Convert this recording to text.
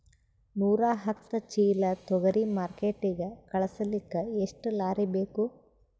ನೂರಾಹತ್ತ ಚೀಲಾ ತೊಗರಿ ಮಾರ್ಕಿಟಿಗ ಕಳಸಲಿಕ್ಕಿ ಎಷ್ಟ ಲಾರಿ ಬೇಕು?